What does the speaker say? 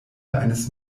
eines